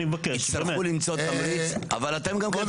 הוא רק לא הזכיר את המאבק, הוא יושב על